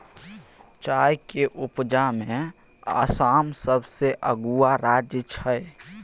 चाय के उपजा में आसाम सबसे अगुआ राज्य छइ